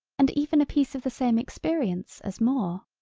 and even a piece of the same experience as more.